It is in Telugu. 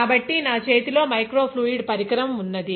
కాబట్టి నా చేతిలో మైక్రో ఫ్లూయిడ్ పరికరం ఉన్నది